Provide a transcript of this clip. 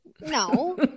no